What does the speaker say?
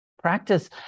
Practice